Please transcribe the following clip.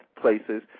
places